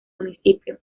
municipio